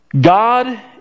God